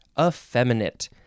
effeminate